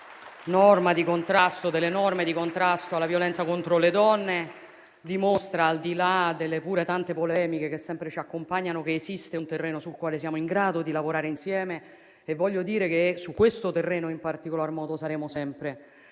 sede di approvazione delle norme di contrasto alla violenza contro le donne. Ciò dimostra, al di là delle pur numerose polemiche che sempre ci accompagnano, che esiste un terreno sul quale siamo in grado di lavorare insieme e vorrei dire che su questo terreno in particolar modo saremo sempre